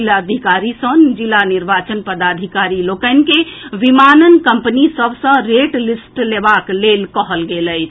जिलाधिकारी सँ जिला निर्वाचन पदाधिकारी लोकनि के विमानन कम्पनी सभ सँ रेट लिस्ट लेबाक लेल कहल गेल अछि